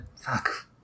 fuck